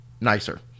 nicer